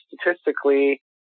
statistically